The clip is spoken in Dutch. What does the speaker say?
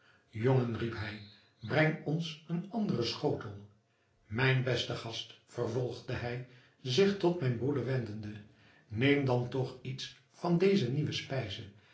jongen riep hij breng ons een anderen schotel mijn beste gast vervolgde hij zich tot mijn broeder wendende neem dan toch iets van deze nieuwe spijze